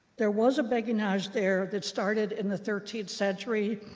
there was a beguinage there that started in the thirteenth century.